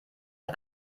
das